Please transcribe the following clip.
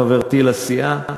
חברתי לסיעה,